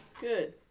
Good